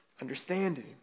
understanding